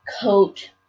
coat